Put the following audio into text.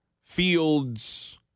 fields